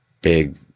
big